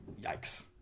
Yikes